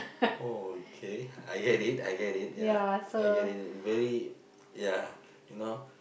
oh okay I get it I get it yeah I get it very yeah you know